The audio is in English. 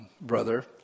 brother